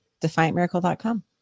DefiantMiracle.com